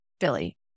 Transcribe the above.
Philly